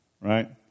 right